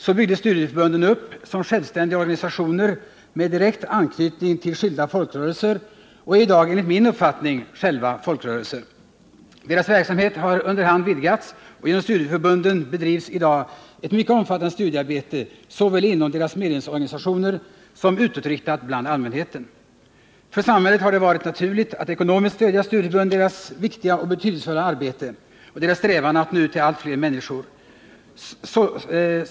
Så byggdes studieförbunden upp som självständiga organisationer med direkt anknytning till skilda folkrörelser och är i dag, enligt min uppfattning, själva folkrörelser. Deras verksamhet har under hand vidgats, och genom studieförbunden bedrivs i dag ett mycket omfattande studiearbete, såväl inom deras medlemsorganisationer som utåtriktat bland allmänheten. För samhället har det varit naturligt att ekonomiskt stödja studieförbunden i deras viktiga och betydelsefulla arbete och i deras strävan att nå ut till allt fler människor.